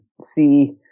see